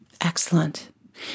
Excellent